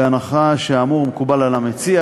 בהנחה שהאמור מקובל על המציע,